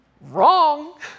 wrong